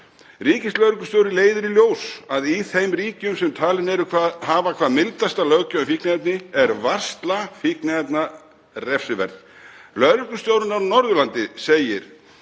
Ríkislögreglustjóri leiðir í ljós að í þeim ríkjum sem talin eru hafa hvað mildasta löggjöf um fíkniefni er varsla fíkniefna refsiverð.